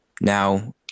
Now